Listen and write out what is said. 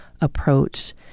approach